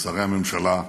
שרי הממשלה,